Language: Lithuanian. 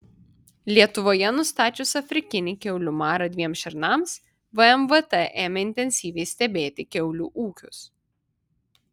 lietuvoje nustačius afrikinį kiaulių marą dviem šernams vmvt ėmė intensyviai stebėti kiaulių ūkius